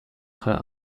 her